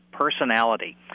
personality